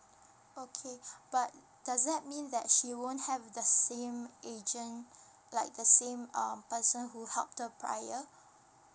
okay but does that mean that she won't have the same agent like the same um person who helped the prior